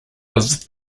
was